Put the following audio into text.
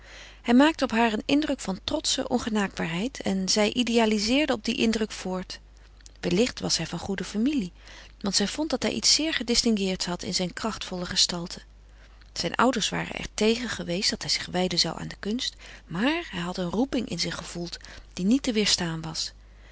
hij maakte op haar een indruk van trotsche ongenaakbaarheid en zij idealizeerde op dien indruk voort wellicht was hij van goede familie want zij vond dat hij iets zeer gedistingueerds had in zijn krachtvolle gestalte zijn ouders waren er tegen geweest dat hij zich wijden zou aan de kunst maar hij had een roeping in zich gevoeld die niet te weêrstaan was